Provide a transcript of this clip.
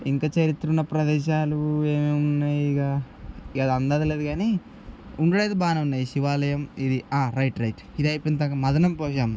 ఇంకా చరిత్రున్న ప్రదేశాలు ఏమేమున్నాయి ఇంక ఈడన్నది లేదు కానీ ఉండడం అయితే బాగానే ఉన్నాయి శివాలయం ఇది రైట్ రైట్ ఇది అయిపోయిన తర్వాత మదన పోచమ్మ